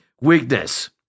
weakness